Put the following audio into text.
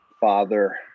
Father